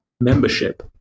membership